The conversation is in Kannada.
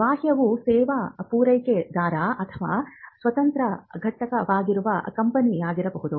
ಬಾಹ್ಯವು ಸೇವಾ ಪೂರೈಕೆದಾರ ಅಥವಾ ಸ್ವತಂತ್ರ ಘಟಕವಾಗಿರುವ ಕಂಪನಿಯಾಗಿರಬಹುದು